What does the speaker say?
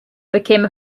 became